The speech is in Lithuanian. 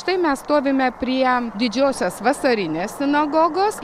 štai mes stovime prie didžiosios vasarinės sinagogos